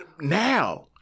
Now